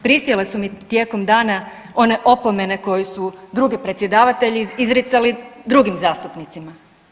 Prisjele su mi tijekom dana one opomene koje su drugi predsjedavatelji izricali drugim zastupnicima.